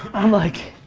i'm like,